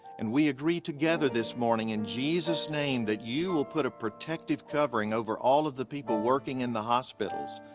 and we agree together this morning in jesus' name, that you will put a protective covering over all of the people working in the hospitals.